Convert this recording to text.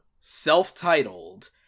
self-titled